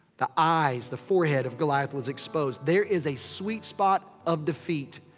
the eyes, the forehead of goliath was exposed. there is a sweet spot of defeat.